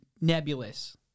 nebulous